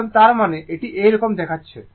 এখন তার মানে এটি এই রকম দেখাচ্ছে